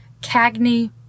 Cagney